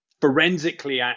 forensically